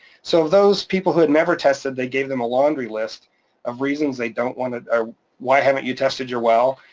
so of those people who had never tested, they gave them a laundry list of reasons they don't wanna, or why haven't you tested your well,